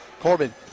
Corbin